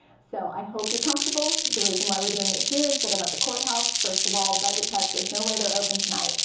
so i hope you're comfortable! the reason why we're doing it here instead of at the courthouse first of all budget cuts there's no way they're open tonight,